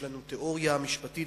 יש לנו תיאוריה משפטית,